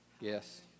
yes